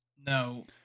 No